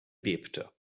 bebte